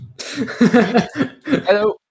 Hello